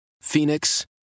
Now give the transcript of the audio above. Phoenix